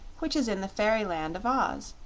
which is in the fairy land of oz.